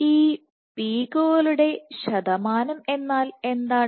ഈ പീക്കുകളുടെശതമാനം എന്നാൽ എന്താണ്